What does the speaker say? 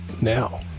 now